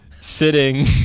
sitting